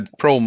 pro